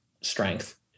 strength